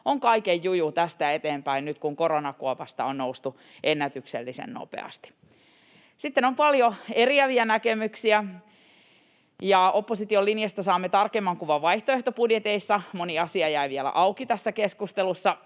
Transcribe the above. on kaiken juju tästä eteenpäin, nyt kun koronakuopasta on noustu ennätyksellisen nopeasti. Sitten on paljon eriäviä näkemyksiä. Opposition linjasta saamme tarkemman kuvan vaihtoehtobudjeteissa. Moni asia jäi vielä auki tässä keskustelussa,